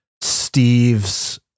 Steve's